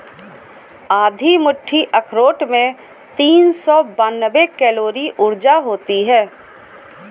आधी मुट्ठी अखरोट में तीन सौ बानवे कैलोरी ऊर्जा होती हैं